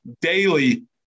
daily